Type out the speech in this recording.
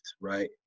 right